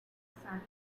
sandstone